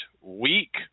week